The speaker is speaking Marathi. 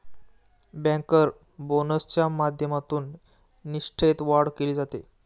बँकर बोनसच्या माध्यमातून निष्ठेत वाढ केली जाते